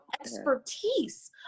expertise